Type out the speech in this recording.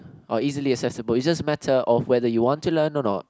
are easily accessible it's just a matter of whether you want to learn of not